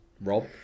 Rob